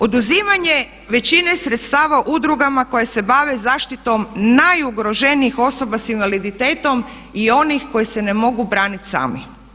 Oduzimanje većine sredstava udrugama koje se bave zaštitom najugroženijih osoba s invaliditetom i onih koji se ne mogu braniti sami.